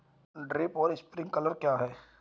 Drip और sprinkler क्या हैं?